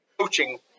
coaching